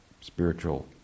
spiritual